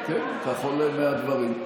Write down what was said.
כן, כך עולה מהדברים.